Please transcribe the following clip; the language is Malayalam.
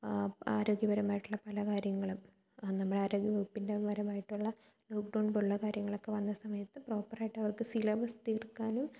ആരോഗ്യപരമായിട്ടുള്ള പല കാര്യങ്ങളും നമ്മുടെ ആരോഗ്യവകുപ്പിൻ്റെ പരമായിട്ടുള്ള ലോക്ക് ഡൗൺ പോലുള്ള കാര്യങ്ങളൊക്കെ വന്ന സമയത്ത് പ്രോപ്പറായിട്ട് അവർക്ക് സിലബസ് തീർക്കാനും